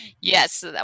yes